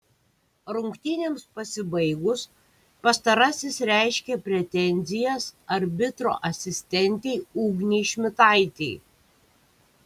rungtynėms pasibaigus pastarasis reiškė pretenzijas arbitro asistentei ugnei šmitaitei